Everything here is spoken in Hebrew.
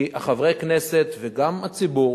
כי חברי הכנסת וגם הציבור